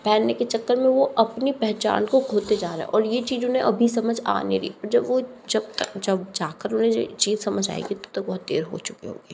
पहनने के चक्कर में वो अपनी पहचान को खोते जा रहे हैं और ये चीज़ उन्हें अभी समझ आ नहीं रही जब वो जब तक जब जाकर उन्हें वो चीज़ समझ आएंगी तब तक बहुत देर हो चुकी होगी